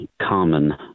common